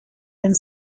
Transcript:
and